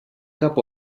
cap